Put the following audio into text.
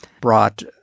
brought